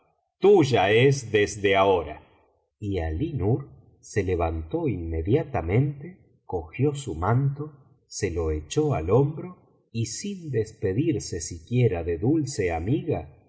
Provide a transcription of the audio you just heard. tuya es desde ahora y alí nur se levantó inmediatamente cogió su manto se lo echó al hombro y sin despedirse siquiera de dulce amiga